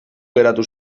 geratu